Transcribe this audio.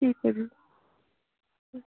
ठीक ऐ जी